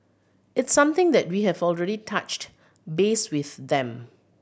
it's something that we have already touched base with them